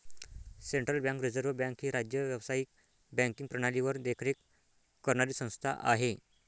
central bank reserve bank ही राज्य व्यावसायिक बँकिंग प्रणालीवर देखरेख करणारी संस्था आहे